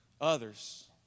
others